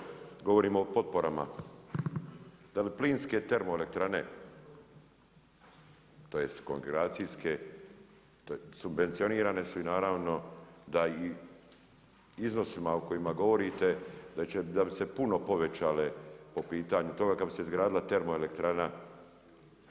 Uvaženi tajniče, govorimo o potporama da li plinske termoelektrane tj. kogeneracijske subvencionirane su i naravno da i iznosima o kojima govorite da bi se puno povećale po pitanju toga kada bi se izgradila termoelektrana